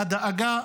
הדאגה,